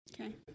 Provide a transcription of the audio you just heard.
Okay